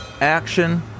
Action